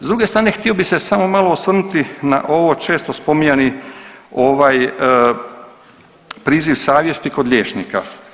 S druge strane, htio bih se samo malo osvrnuti na ovo često spominjani ovaj priziv savjesti kod liječnika.